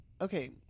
okay